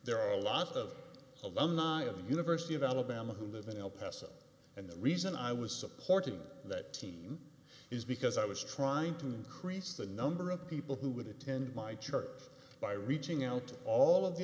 there are a lot of alumni of the university of alabama who live in el paso and the reason i was supporting that is because i was trying to increase the number of people who would attend my church by reaching out to all of the